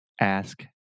ask